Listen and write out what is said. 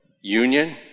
union